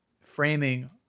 framing